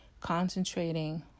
concentrating